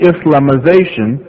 Islamization